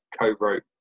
co-wrote